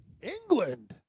England